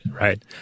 right